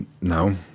No